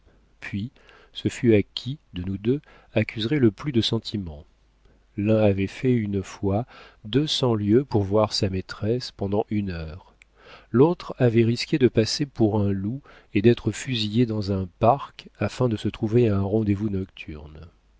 puis ce fut à qui de nous deux accuserait le plus de sentiment l'un avait fait une fois deux cents lieues pour voir sa maîtresse pendant une heure l'autre avait risqué de passer pour un loup et d'être fusillé dans un parc afin de se trouver à un rendez-vous nocturne